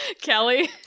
Kelly